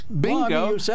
bingo